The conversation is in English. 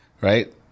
right